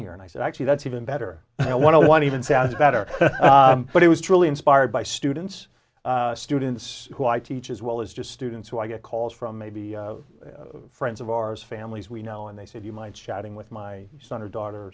here and i said actually that's even better i want to one even sounds better but it was truly inspired by students students who i teach as well as just students who i get calls from maybe friends of ours families we know and they said you might chatting with my son or daughter